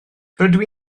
rydw